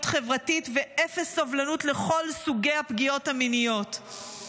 חברתית ואפס סובלנות לכל סוגי הפגיעות המיניות.